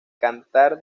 cantar